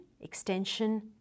extension